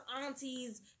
aunties